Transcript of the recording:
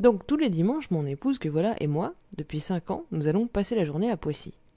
donc tous les dimanches mon épouse que voilà et moi depuis cinq ans nous allons passer la journée à poissy